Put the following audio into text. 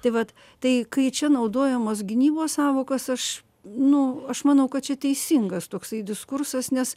tai vat tai kai čia naudojamos gynybos sąvokos aš nu aš manau kad čia teisingas toksai diskursas nes